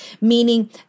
Meaning